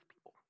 people